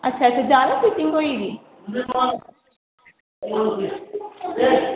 अच्छा अच्छा जैदा फिटिंग होई दी